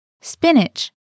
Spinach